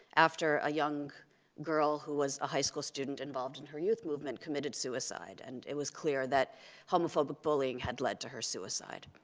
after a young girl who was a high school student involved in her youth movement committed suicide, and it was clear that homophobic bullying had led to her suicide.